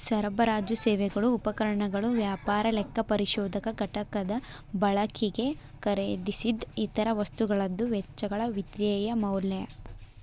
ಸರಬರಾಜು ಸೇವೆಗಳು ಉಪಕರಣಗಳು ವ್ಯಾಪಾರ ಲೆಕ್ಕಪರಿಶೋಧಕ ಘಟಕದ ಬಳಕಿಗೆ ಖರೇದಿಸಿದ್ ಇತರ ವಸ್ತುಗಳದ್ದು ವೆಚ್ಚಗಳ ವಿತ್ತೇಯ ಮೌಲ್ಯ